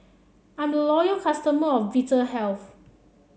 I'm loyal customer of Vitahealth